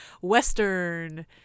Western